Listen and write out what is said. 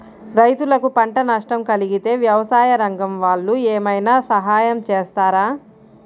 రైతులకు పంట నష్టం కలిగితే వ్యవసాయ రంగం వాళ్ళు ఏమైనా సహాయం చేస్తారా?